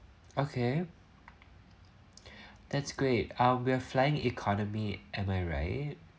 okay that's great ah we're flying economy am I right